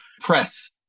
press